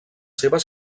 seves